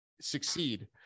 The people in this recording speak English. succeed